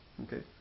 Okay